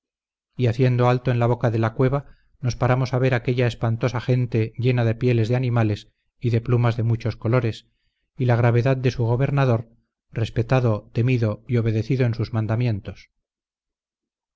y haciendo alto en la boca de la cueva nos paramos a ver aquella espantosa gente llena de pieles de animales y de plumas de muchos colores y la gravedad de su gobernador respetado temido y obedecido en sus mandamientos